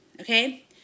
okay